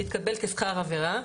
שהתקבל כשכר עבירה.